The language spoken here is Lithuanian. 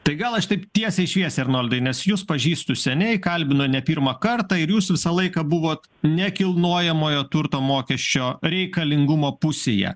tai gal aš taip tiesiai šviesiai arnoldai nes jus pažįstu seniai kalbinu ne pirmą kartą ir jūs visą laiką buvot nekilnojamojo turto mokesčio reikalingumo pusėje